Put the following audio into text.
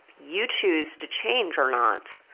you chose to change or not,